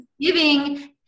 giving